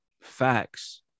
facts